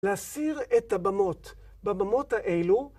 להסיר את הבמות, בבמות האלו,